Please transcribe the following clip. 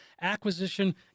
acquisition